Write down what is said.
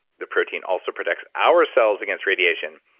the protein also protects ourselves against radiation.